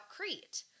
Crete